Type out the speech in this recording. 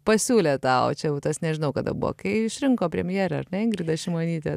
pasiūlė tau čia jau tas nežinau kada buvo kai išrinko premjere ar ne ingridą šimonytę